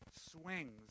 swings